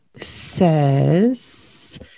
says